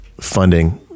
funding